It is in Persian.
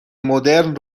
مدرن